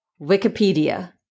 Wikipedia